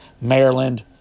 Maryland